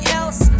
else